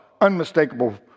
unmistakable